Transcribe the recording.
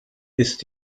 ist